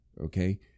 Okay